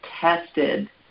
tested